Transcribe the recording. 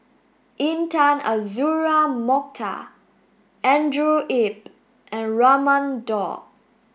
Intan Azura Mokhtar Andrew Yip and Raman Daud